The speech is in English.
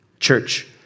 Church